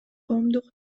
коомдук